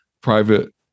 private